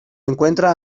encuentra